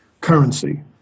currency